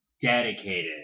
dedicated